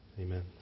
Amen